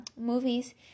movies